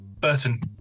Burton